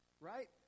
Right